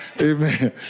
Amen